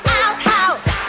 outhouse